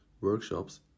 workshops